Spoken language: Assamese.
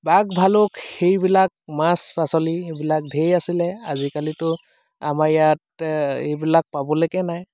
বাঘ ভালক সেইবিলাক মাছ পাচলি এইবিলাক ঢেৰ আছিলে আজিকালিতো আমাৰ ইয়াত এ এইবিলাক পাবলৈকে নাই